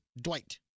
Dwight